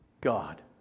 God